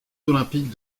olympiques